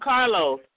Carlos